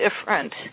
different